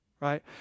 Right